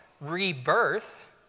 rebirth